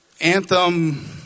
anthem